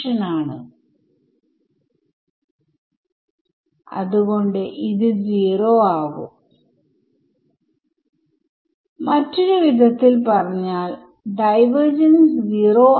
ഇനി ഞാൻ കിട്ടുന്ന അന്തിമ ഫോം എഴുതാം ഞാൻ നെ മറ്റേ വശത്തേക്ക് നീക്കുന്നു